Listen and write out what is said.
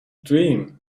dream